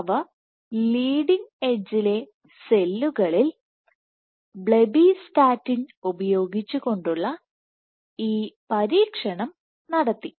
അവർ leading എഡ്ഡ്ജിലെ സെല്ലുകളിൽ blebbistatin ഉപയോഗിച്ചുകൊണ്ടുള്ള ഈ പരീക്ഷണം നടത്തി